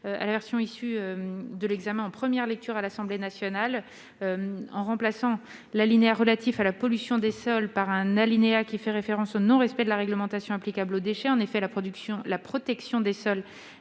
la version issue des travaux de l'Assemblée nationale. Il s'agit de remplacer l'alinéa relatif à la pollution des sols par un alinéa qui fait référence au non-respect de la réglementation applicable aux déchets. En effet, la protection des sols